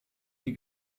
die